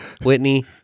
Whitney